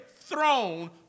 throne